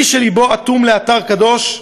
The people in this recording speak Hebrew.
מי שלבו אטום לאתר קדוש,